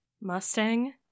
Mustang